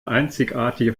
einzigartige